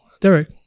Derek